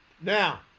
now